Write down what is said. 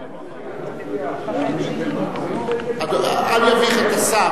אפשרי להצביע עכשיו, אל תביך את השר.